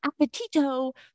appetito